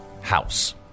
house